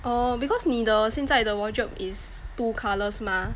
oh because 你的现在的 wardrobe is two colours mah